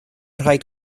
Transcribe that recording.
rhaid